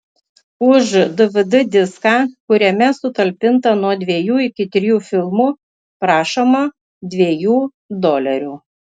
už dvd diską kuriame sutalpinta nuo dviejų iki trijų filmų prašoma dviejų dolerių